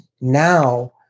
now